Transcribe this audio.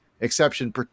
Exception